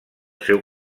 seu